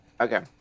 Okay